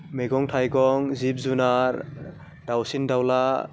मैगं थाइगं जिब जुनार दाउसिन दाउला